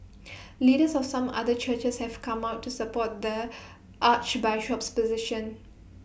leaders of some other churches have come out to support the Archbishop's position